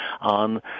on